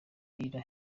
ira